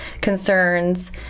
concerns